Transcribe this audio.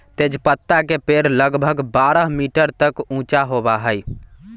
तेजपत्ता के पेड़ लगभग बारह मीटर तक ऊंचा होबा हई